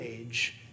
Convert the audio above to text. age